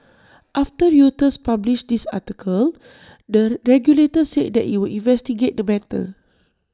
after Reuters published this article the regulator said that IT would investigate the matter